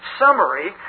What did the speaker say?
summary